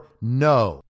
no